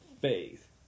faith